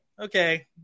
okay